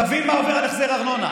תבין מה עובר בהחזר ארנונה,